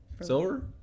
Silver